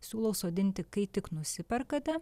siūlau sodinti kai tik nusiperkate